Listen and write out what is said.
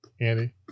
Andy